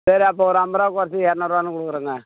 சரி அப்போ ஒரு ஐம்பது ரூபா குறச்சு இரநூறுவான்னு கொடுக்குறங்க